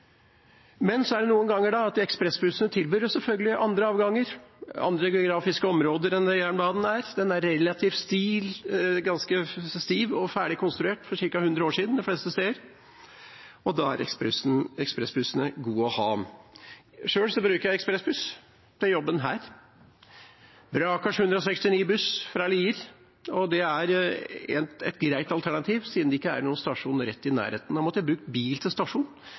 Men det er noen ganger at ekspressbussene sjølsagt tilbyr andre avganger, andre geografiske områder enn der jernbanen er. Den er ganske stiv og var ferdig konstruert for ca. 100 år siden de fleste steder, og da er ekspressbussene gode å ha. Sjøl bruker jeg ekspressbuss til jobben her, Brakars 169-buss fra Lier, og det er et greit alternativ siden det ikke er noen stasjon rett i nærheten. Da måtte jeg ha brukt bil til stasjonen, eller så måtte jeg ha syklet i dressen min ned til nærmeste stasjon.